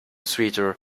sweater